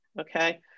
okay